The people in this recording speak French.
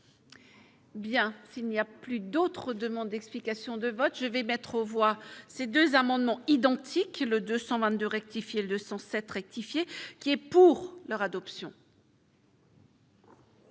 Bien, s'il n'y a plus d'autres demandes d'explications de vote, je vais mettre aux voix, ces 2 amendements identiques, le 222 rectifié l'207 rectifié, qui est pour leur adoption.